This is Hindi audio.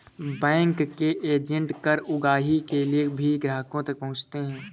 बैंक के एजेंट कर उगाही के लिए भी ग्राहकों तक पहुंचते हैं